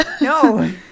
no